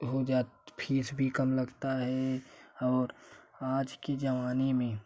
हो जाती फीस भी कम लगता हैं और आज के ज़माने में